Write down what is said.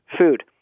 food